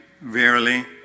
verily